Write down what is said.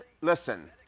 listen